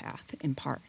path in part